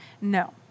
No